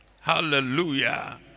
hallelujah